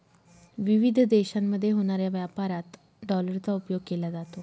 विविध देशांमध्ये होणाऱ्या व्यापारात डॉलरचा उपयोग केला जातो